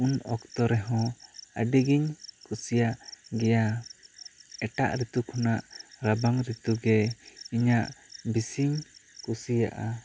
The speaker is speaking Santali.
ᱩᱱ ᱚᱠᱛᱚ ᱨᱮᱦᱚᱸ ᱟᱹᱰᱤ ᱜᱤᱧ ᱠᱩᱥᱤᱭᱟᱜ ᱜᱮᱭᱟ ᱮᱴᱟᱜ ᱨᱤᱛᱩ ᱠᱷᱚᱱᱟᱜ ᱨᱟᱵᱟᱝ ᱨᱤᱛᱩ ᱜᱮ ᱤᱧᱟᱹᱜ ᱵᱤᱥᱤᱧ ᱠᱩᱥᱤᱭᱟᱜᱼᱟ